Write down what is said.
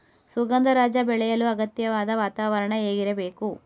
ಸುಗಂಧರಾಜ ಬೆಳೆಯಲು ಅಗತ್ಯವಾದ ವಾತಾವರಣ ಹೇಗಿರಬೇಕು?